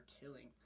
killing